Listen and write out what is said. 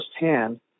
firsthand